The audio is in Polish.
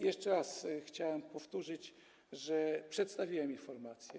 Jeszcze raz chciałem powtórzyć, że przedstawiłem informację.